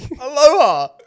Aloha